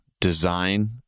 Design